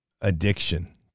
addiction